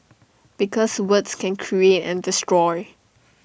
because words can create and destroy